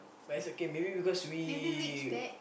but it's okay maybe because we